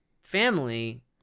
family